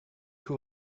who